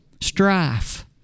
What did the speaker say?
strife